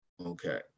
Okay